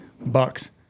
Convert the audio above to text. bucks